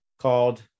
called